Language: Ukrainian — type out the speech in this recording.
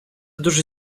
дуже